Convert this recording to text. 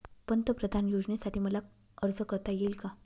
पंतप्रधान योजनेसाठी मला अर्ज करता येईल का?